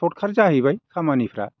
shortcut जाहैबाय खामानिफ्रा